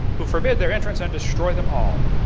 who forbid their entrance and destroy them all.